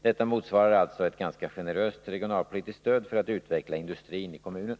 Detta motsvarar alltså ett ganska generöst regionalpolitiskt stöd för att utveckla industrin i kommunen.